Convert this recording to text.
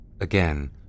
Again